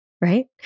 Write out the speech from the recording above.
Right